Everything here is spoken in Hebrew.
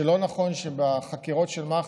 שלא נכון שבחקירות של מח"ש,